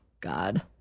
God